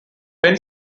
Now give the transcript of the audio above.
penn